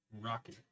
Rocky